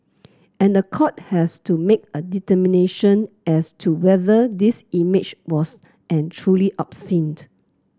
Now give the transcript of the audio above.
and the court has to make a determination as to whether this image was and truly obscene